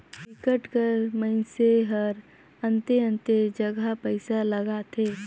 बिकट कर मइनसे हरअन्ते अन्ते जगहा पइसा लगाथे